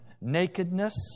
nakedness